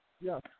Yes